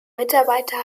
mitarbeiter